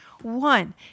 One